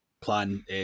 plan